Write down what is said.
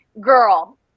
girl